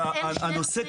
אז הנושא,